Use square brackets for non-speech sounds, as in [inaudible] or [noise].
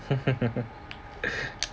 [laughs]